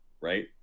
right